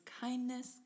kindness